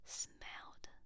smelled